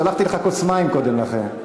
שלחתי לך כוס מים קודם לכן.